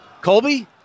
Colby